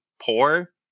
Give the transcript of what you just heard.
poor